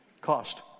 cost